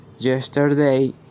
Yesterday